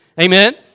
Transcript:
Amen